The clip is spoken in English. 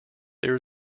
there